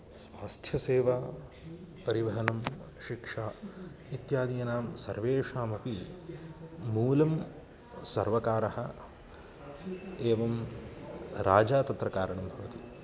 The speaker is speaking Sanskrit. स्वास्थ्यसेवा परिवहनं शिक्षा इत्यादीनां सर्वेषामपि मूलं सर्वकारः एवं राजा तत्र कारणं भवति